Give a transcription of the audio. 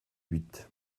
huit